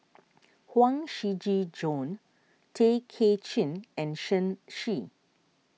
Huang Shiqi Joan Tay Kay Chin and Shen Xi